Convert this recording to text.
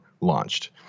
launched